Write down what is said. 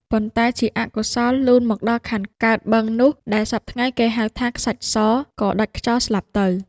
ប៉ុន្តែជាអកុសល លូនមកដល់ខាងកើតបឹងនោះ ដែលសព្វថ្ងៃគេហៅថា “ខ្សាច់ស” ក៏ដាច់ខ្យល់ស្លាប់ទៅ ។